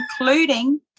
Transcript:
including